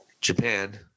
Japan